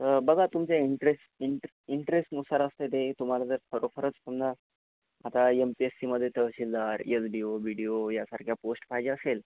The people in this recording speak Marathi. अ बघा तुमच्या इंटरेस्ट इंट इंटरेस्टनुसार असते ते तुम्हाला जर खरोखरच समजा आता एम पी एस सीमध्ये तहसीलदार एस डी ओ बीडीओ यासारख्या पोस्ट पाहिजे असेल